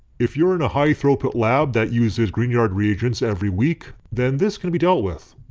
if you're in a high throughput lab that uses grignards grignards every week then this can be dealt with.